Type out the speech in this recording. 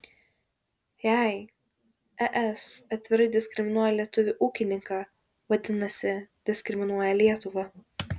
jei es atvirai diskriminuoja lietuvį ūkininką vadinasi diskriminuoja lietuvą